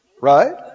Right